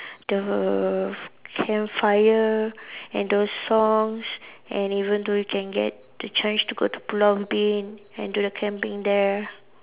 the campfire and the songs and even though you can get the chance to go to Pulau-Ubin and do the camping there